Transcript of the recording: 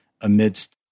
amidst